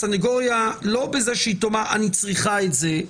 ייגמר בזה שהסנגוריה תאמר שהיא צריכה את זה,